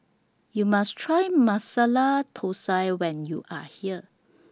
YOU must Try Masala Thosai when YOU Are here